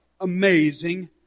amazing